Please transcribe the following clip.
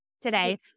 today